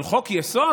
אבל חוק-יסוד?